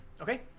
Okay